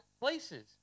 places